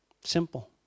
Simple